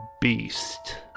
beast